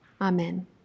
Amen